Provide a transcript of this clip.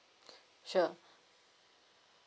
sure